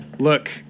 Look